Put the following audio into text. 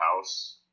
House